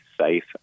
safe